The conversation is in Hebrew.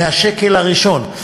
מהשקל הראשון.